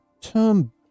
term